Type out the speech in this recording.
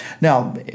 Now